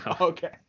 Okay